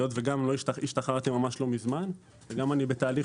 היות שהשתחררתי ממש לא מזמן וגם אני בתהליך